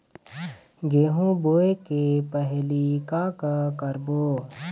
गेहूं बोए के पहेली का का करबो?